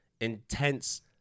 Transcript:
intense